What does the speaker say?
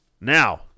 Now